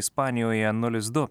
ispanijoje nulis du